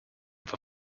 for